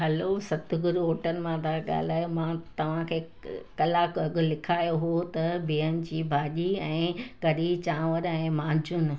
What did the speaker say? हलो Satguru hotel मां था ॻाल्हायो मां तव्हांखे क कलाकु अॻु लिखायो हो त बिहनि जी भाॼी ऐं कढ़ी चांवर ऐं माजुन